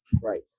right